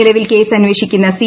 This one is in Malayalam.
നിലവിൽ കേസ് അന്വേഷിക്കുന്ന സി